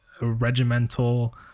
regimental